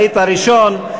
היית ראשון.